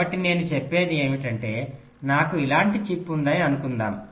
కాబట్టి నేను చెప్పేది ఏమిటంటే నాకు ఇలాంటి చిప్ ఉందని అనుకుందాం